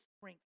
strength